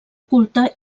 culte